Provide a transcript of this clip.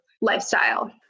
lifestyle